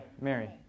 Mary